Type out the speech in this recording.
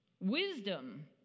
Wisdom